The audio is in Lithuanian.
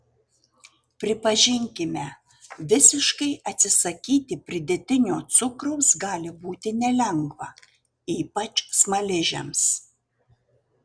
pripažinkime visiškai atsisakyti pridėtinio cukraus gali būti nelengva ypač smaližiams